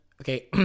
Okay